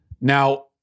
Now